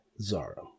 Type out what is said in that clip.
Zara